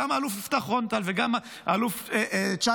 גם האלוף יפתח רון-טל וגם האלוף צ'ייני.